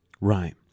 Right